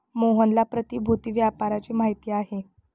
मोहनला प्रतिभूति व्यापाराची माहिती आहे